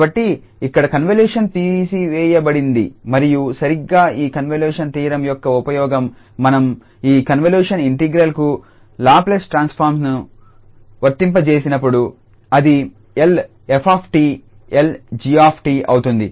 కాబట్టి ఇక్కడ కన్వల్యూషన్ తీసివేయబడింది మరియు సరిగ్గా ఈ కన్వల్యూషన్ థీరం యొక్క ఉపయోగం మనం ఈ కన్వల్యూషన్ ఇంటిగ్రల్ కు లాప్లేస్ ట్రాన్స్ఫార్మ్ను వర్తింపజేసినప్పుడు అది L 𝑓𝑡𝐿𝑔𝑡 అవుతుంది